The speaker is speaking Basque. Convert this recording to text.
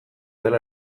dela